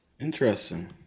Interesting